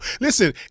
Listen